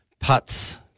putts